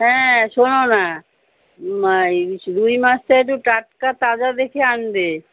হ্যাঁ শোনো না ইয়ে রুই মাছটা একটু টাটকা তাজা দেখে আনবে